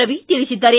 ರವಿ ತಿಳಿಸಿದ್ದಾರೆ